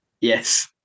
Yes